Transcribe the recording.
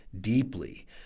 deeply